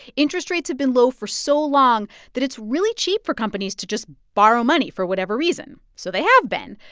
interest rates have been low for so long that it's really cheap for companies to just borrow money for whatever reason, so they have been.